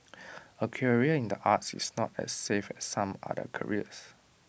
A career in the arts is not as safe as some other careers